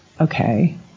okay